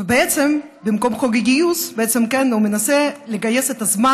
ובעצם במקום חוק הגיוס הוא מנסה בעצם לגייס את הזמן.